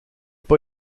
pas